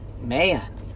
man